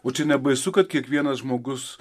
o čia nebaisu kad kiekvienas žmogus